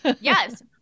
yes